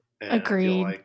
agreed